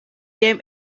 them